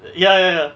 ya ya